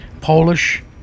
Polish